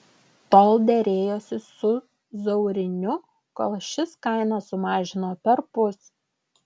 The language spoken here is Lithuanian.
tol derėjosi su zauriniu kol šis kainą sumažino perpus